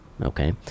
okay